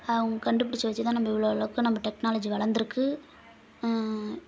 அவங்க கண்டுபிடிச்சி வச்சுதான் நம்ம இவ்வளோ அளவுக்கு நம்ம டெக்னலாஜி வளர்ந்துருக்கு